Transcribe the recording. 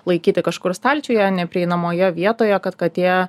laikyti kažkur stalčiuje neprieinamoje vietoje kad katė